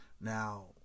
now